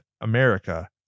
America